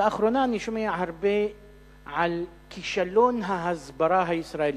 לאחרונה אני שומע הרבה על כישלון ההסברה הישראלית.